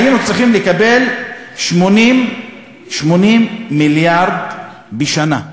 היינו צריכים לקבל 80 מיליארד בשנה.